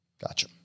Gotcha